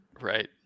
Right